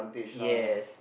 yes